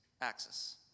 axis